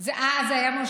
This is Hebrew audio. זה היה משה ארבל.